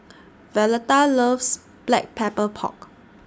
Violeta loves Black Pepper Pork